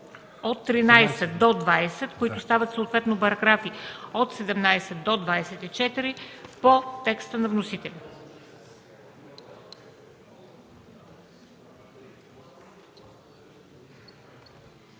от 57 до 64, които стават съответно параграфи от 63 до 70 по текста на вносителя.